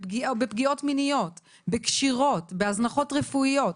בפגיעות מיניות, בקשירות, בהזנחות רפואיות,